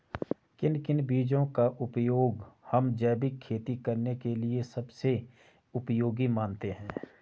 किन किन बीजों का उपयोग हम जैविक खेती करने के लिए सबसे उपयोगी मानते हैं?